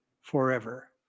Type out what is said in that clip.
forever